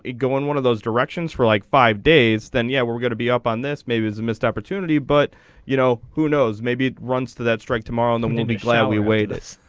go on one of those directions for like five days then yeah we're we're going to be up on this maybe was a missed opportunity but you know. who knows maybe it runs to that strike tomorrow in the windy flat we weigh this.